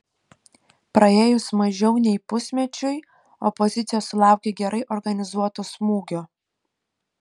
praėjus mažiau nei pusmečiui opozicija sulaukė gerai organizuoto smūgio